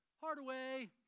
hardaway